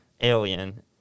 alien